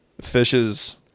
fishes